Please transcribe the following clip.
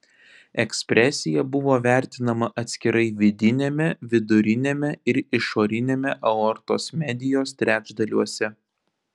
ekspresija buvo vertinama atskirai vidiniame viduriniame ir išoriniame aortos medijos trečdaliuose